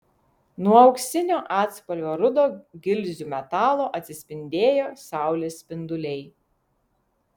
nuo auksinio atspalvio rudo gilzių metalo atsispindėjo saulės spinduliai